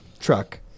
truck